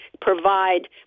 provide